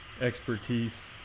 expertise